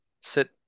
sit